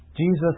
Jesus